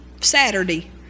Saturday